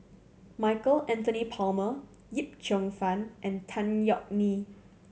Michael Anthony Palmer Yip Cheong Fun and Tan Yeok Nee